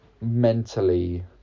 mentally